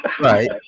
right